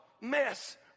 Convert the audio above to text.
mess